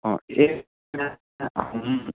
অঁ এই